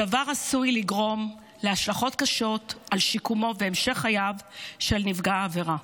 הדבר עשוי לגרום להשלכות קשות על שיקומו והמשך חייו של נפגע העבירה.